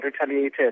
retaliated